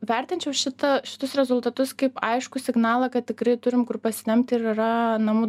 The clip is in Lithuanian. vertinčiau šitą šitus rezultatus kaip aiškų signalą kad tikrai turim kur pasitempti ir yra namų